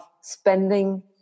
spending